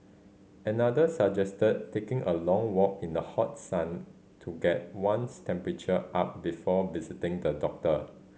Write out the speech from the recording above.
another suggested taking a long walk in the hot sun to get one's temperature up before visiting the doctor